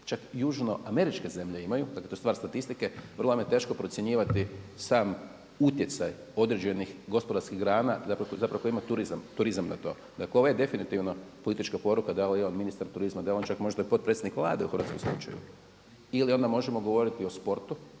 čak južnoameričke zemlje imaju, dakle to je stvar statistike, vrlo vam je teško procjenjivati sam utjecaj određenih gospodarskih grana zapravo koje imaju turizam na to. Dakle, ovo je definitivno politička poruka, da je ministar turizma da je on čak možda i potpredsjednik Vlade u hrvatskom slučaju. Ili onda možemo govoriti o sportu,